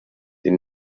den